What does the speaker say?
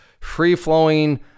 free-flowing